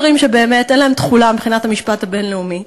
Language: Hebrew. אז אלה דברים שבאמת אין להם תחולה מבחינת המשפט הבין-לאומי,